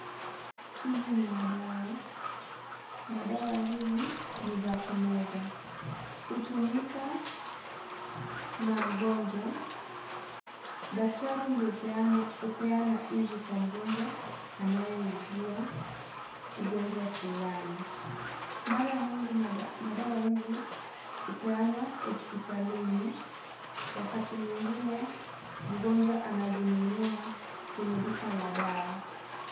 Hizi ni madawa. Madawa hizi ni za kumeza. Hutumika na mgonjwa. Daktari ndio hupeana hizi kwa mgonjwa anayeugua ugonjwa fulani. Mara nyingi madawa hizi hupeanwa hospitalini. Wakati mwingine mgonjwa anazinunua kwenye duka la dawa.